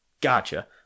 Gotcha